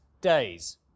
days